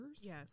Yes